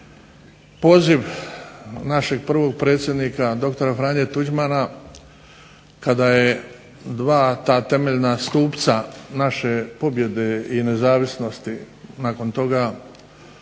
poziv našeg prvog predsjednika dr. Franje Tuđmana kada je dva ta temeljna stupca naše pobjede i nezavisnosti nakon toga